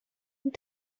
اون